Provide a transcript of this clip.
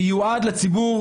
שיועד לציבור